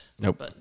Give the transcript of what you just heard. Nope